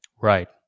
Right